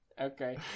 Okay